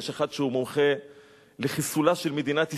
יש אחד שהוא מומחה לחיסולה של מדינת ישראל,